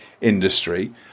industry